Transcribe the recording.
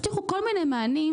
הבטיחו כל מיני מענים,